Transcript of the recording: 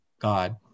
God